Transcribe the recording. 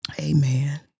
amen